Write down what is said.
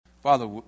Father